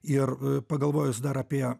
ir pagalvojus dar apie